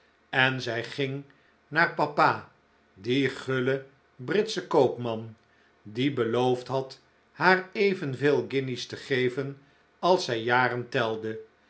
en zij ging naar haar papa dien gullen britschen koopman die beloofd had haar evenveel guinjes te geven als zij jaren telde